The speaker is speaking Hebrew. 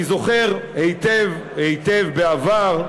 אני זוכר היטב היטב, בעבר,